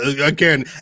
Again